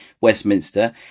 Westminster